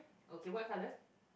okay what colour